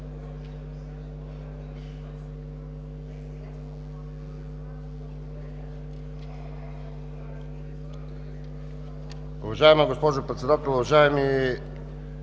Уважаема госпожо Председател, уважаеми